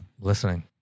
Listening